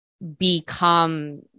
become